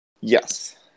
yes